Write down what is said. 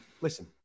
listen